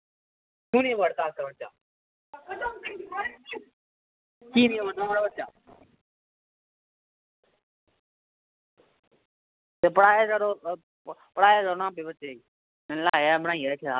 कीह् नी पढ़दा थोआड़ा बच्चा कीह् नी पढ़दा पढ़ाया करो पढ़ाया करो ना अपनें बच्चें गी इयां मज़ाक बनाईयै रक्खे दा